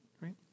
Right